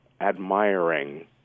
admiring